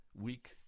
week